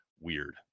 weird